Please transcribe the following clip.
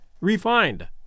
refined